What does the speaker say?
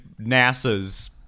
NASA's